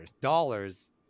dollars